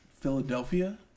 Philadelphia